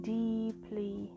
deeply